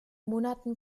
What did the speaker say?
monaten